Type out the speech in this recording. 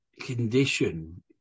condition